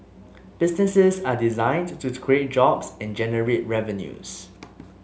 businesses are designed to create jobs and generate revenues